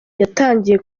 yatangiye